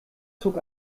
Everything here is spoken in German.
zog